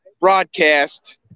broadcast